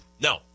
No